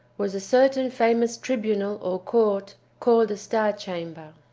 was a certain famous tribunal or court called the star chamber.